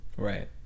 Right